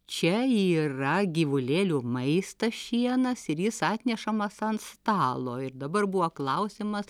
čia yra gyvulėlių maistas šienas ir jis atnešamas ant stalo ir dabar buvo klausimas